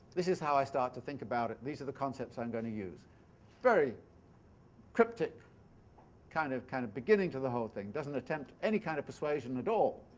this is how i start to think about it. these are the concepts i'm going to use very cryptic kind of kind of beginning to the whole thing. he doesn't attempt any kind of persuasion at all.